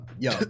Yo